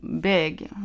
big